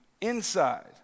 inside